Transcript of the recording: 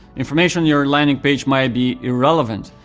information on your landing page might be irrelevant,